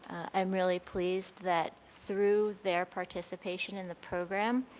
i'm really pleased that through their participation in the program,